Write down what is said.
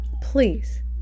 please